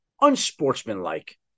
unsportsmanlike